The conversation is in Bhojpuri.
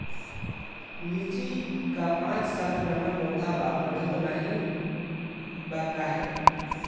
लीची क पांच साल पुराना पौधा बा बढ़त नाहीं बा काहे?